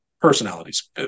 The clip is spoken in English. personalities